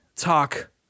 talk